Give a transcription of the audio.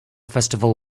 festival